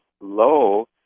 Low